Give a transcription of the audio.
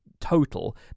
Total